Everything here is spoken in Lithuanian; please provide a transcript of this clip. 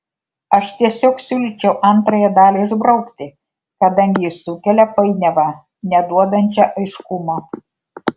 aš tiesiog siūlyčiau antrąją dalį išbraukti kadangi ji sukelia painiavą neduodančią aiškumo